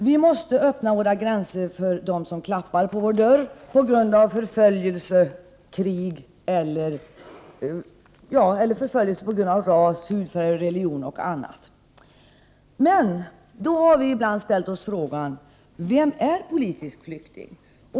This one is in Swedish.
Vi måste öppna våra gränser för dem som klappar på vår dörr eftersom de lever under krig eller blir utsatta för förföljelse på grund av ras, hudfärg, religion eller annat. Ibland ställer vi oss frågan vem som skall räknas som politisk flykting.